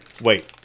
wait